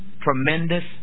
tremendous